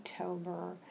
October